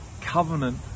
covenant